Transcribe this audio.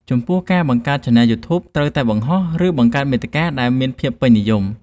ចំពោះ ការបង្កើតឆានែលយូធូបត្រូវតែបង្ហោះ ឬបង្កើតមាតិកាដែលមានភាពពេញនិយម។